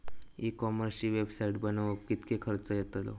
E कॉमर्सची website बनवक किततो खर्च येतलो?